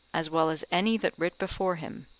as well as any that writ before him.